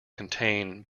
contain